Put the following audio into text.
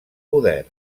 poder